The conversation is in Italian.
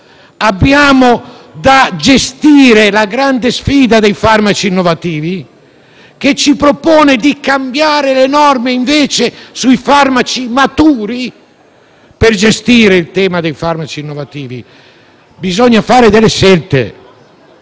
Dobbiamo gestire la grande sfida dei farmaci innovativi, che ci propone di cambiare le norme sui farmaci maturi per gestire il tema dei farmaci innovativi. Bisogna fare delle scelte.